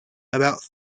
about